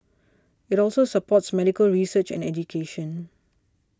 it also supports medical research and education